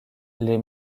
les